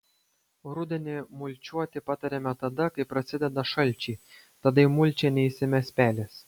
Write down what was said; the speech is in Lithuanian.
rudenį mulčiuoti patariama tada kai prasideda šalčiai tada į mulčią neįsimes pelės